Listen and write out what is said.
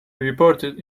reported